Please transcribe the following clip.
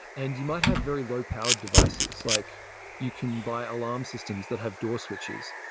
and you might have very low-powered devices. like you can buy alarm systems that have door switches,